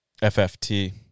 FFT